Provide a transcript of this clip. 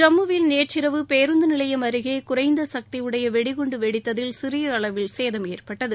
ஜம்முவில் நேற்றிரவு பேருந்து நிலையம் அருகே குறைந்த சக்தி வெடிகுண்டு ஒன்று வெடித்ததில் சிறிய அளவில் சேதம் ஏற்பட்டது